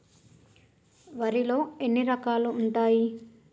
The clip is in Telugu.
వరిలో ఎన్ని రకాలు ఉంటాయి?